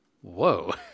whoa